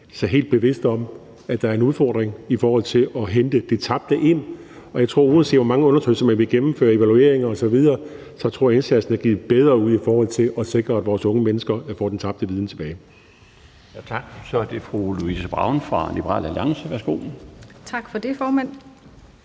skoler er helt bevidst om, at der er en udfordring i forhold til at hente det tabte ind. Og jeg tror – uanset hvor mange undersøgelser, evalueringer osv. man gennemfører – at indsatsen er givet bedre ud i forhold til at sikre, at vores unge mennesker får den tabte viden tilbage.